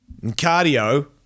Cardio